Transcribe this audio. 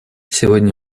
сегодня